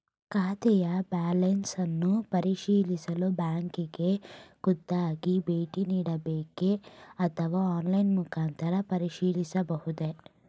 ಖಾತೆಯ ಬ್ಯಾಲೆನ್ಸ್ ಅನ್ನು ಪರಿಶೀಲಿಸಲು ಬ್ಯಾಂಕಿಗೆ ಖುದ್ದಾಗಿ ಭೇಟಿ ನೀಡಬೇಕೆ ಅಥವಾ ಆನ್ಲೈನ್ ಮುಖಾಂತರ ಪರಿಶೀಲಿಸಬಹುದೇ?